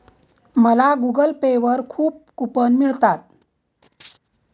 मला Google Pay वर खूप कूपन मिळतात